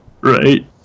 Right